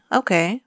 okay